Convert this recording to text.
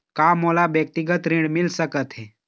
का मोला व्यक्तिगत ऋण मिल सकत हे?